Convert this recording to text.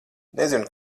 nezinu